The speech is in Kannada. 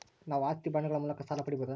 ನಾವು ಆಸ್ತಿ ಬಾಂಡುಗಳ ಮೂಲಕ ಸಾಲ ಪಡೆಯಬಹುದಾ?